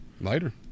Later